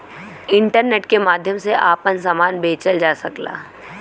internet के माध्यम से आपन सामान बेचल जा सकला